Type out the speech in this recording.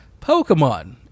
Pokemon